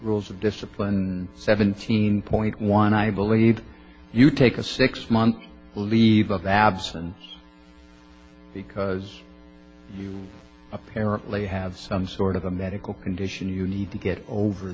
rules of discipline seventeen point one i believe you take a six month leave of absence because you apparently have some sort of a medical condition you need to get over